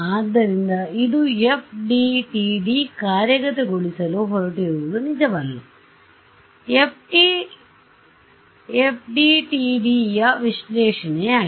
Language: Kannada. ಆದ್ದರಿಂದ ಇದು FDTD ಕಾರ್ಯಗತ implementಗೊಳಿಸಲು ಹೊರಟಿರುವುದು ನಿಜವಲ್ಲ ಇದು ಎಫ್ಡಿಟಿಡಿ ಯ ವಿಶ್ಲೇಷಣೆಯಾಗಿದೆ